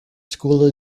school